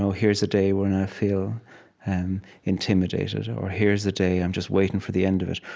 so here's a day when i feel and intimidated, or here's the day i'm just waiting for the end of it,